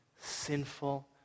sinful